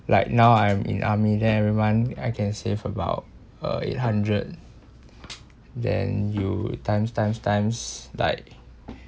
like now I'm in army then every month I can save about uh eight hundred then you times times times like